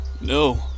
No